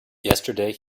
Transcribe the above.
yesterday